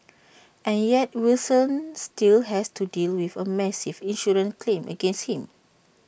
and yet Wilson still has to deal with A massive insurance claim against him